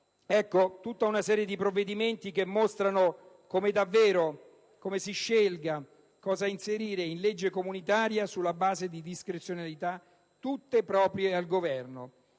Ecco tutta una serie di provvedimenti che mostrano come davvero si scelga cosa inserire nella legge comunitaria sulla base di discrezionalità tutte proprie del Governo.